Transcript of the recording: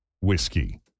whiskey